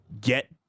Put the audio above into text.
get